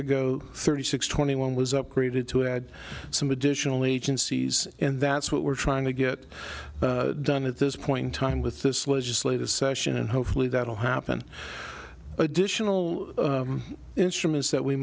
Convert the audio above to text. ago thirty six twenty one was upgraded to add some additional agencies and that's what we're trying to get done at this point in time with this legislative session and hopefully that will happen additional instruments that we